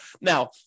Now